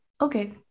Okay